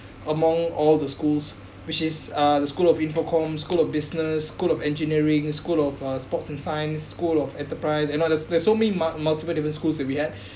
among all the schools which is uh the school of infocomm school of business school of engineering school of uh sports and science school of enterprise and others there's so mul~ multiple different schools that we had